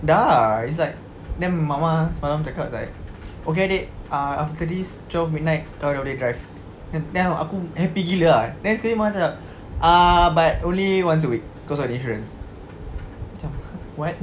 dah it's like then mama semalam cakap was like okay adik ah after this twelve midnight kau dah boleh drive then aku happy gila ah then sekali mama cakap ah but only once a week cause of insurance aku macam what